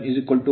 7 1